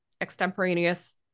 extemporaneous